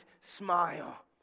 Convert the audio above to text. smile